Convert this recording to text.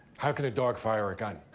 how can a dog fire a gun?